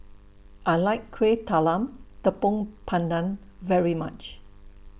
I like Kuih Talam Tepong Pandan very much